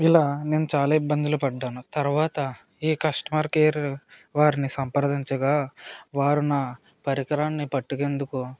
ఇలా నేను చాలా ఇబ్బందులు పడ్డాను తర్వాత ఈ కస్టమర్ కేర్ వారిని సంప్రదించగా వారు నా పరికరాన్ని పట్టుకెందుకు